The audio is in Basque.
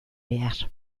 behar